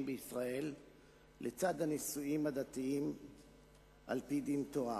בישראל לצד הנישואים הדתיים על-פי דין תורה,